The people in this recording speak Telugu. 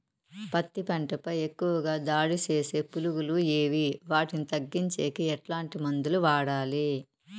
పత్తి పంట పై ఎక్కువగా దాడి సేసే పులుగులు ఏవి వాటిని తగ్గించేకి ఎట్లాంటి మందులు వాడాలి?